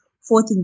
fourth